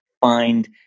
find